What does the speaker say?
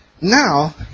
Now